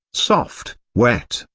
soft, wet,